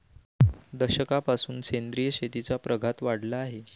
दशकापासून सेंद्रिय शेतीचा प्रघात वाढला आहे